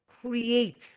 creates